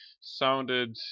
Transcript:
sounded